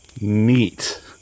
Neat